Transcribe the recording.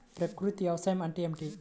ప్రకృతి వ్యవసాయం అంటే ఏమిటి?